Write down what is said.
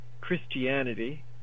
Christianity